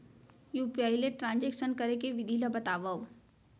UPI ले transaction करे के विधि ला बतावव?